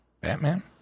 Batman